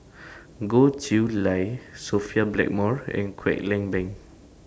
Goh Chiew Lye Sophia Blackmore and Kwek Leng Beng